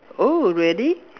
oh really